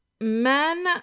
Men